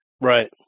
Right